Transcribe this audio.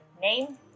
name